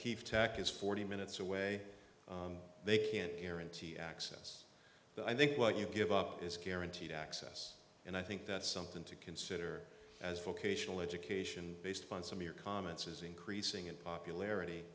keefe tech is forty minutes away they can't guarantee access but i think what you give up is guaranteed access and i think that's something to consider as vocational education based on some your comments is increasing in popularity